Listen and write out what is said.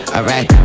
Alright